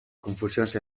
confusions